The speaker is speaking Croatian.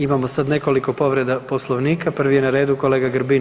Imamo sada nekoliko povreda Poslovnika, prvi je na redu kolega Grbin.